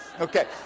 Okay